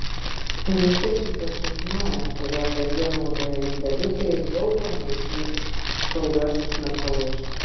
nustebsite sužinoję kurie kasdien naudojami dalykai daug brangesni už tauriuosius metalus